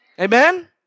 Amen